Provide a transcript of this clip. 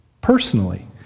personally